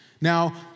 Now